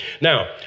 Now